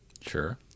Sure